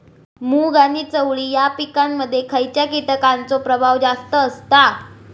मूग आणि चवळी या पिकांमध्ये खैयच्या कीटकांचो प्रभाव जास्त असता?